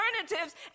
alternatives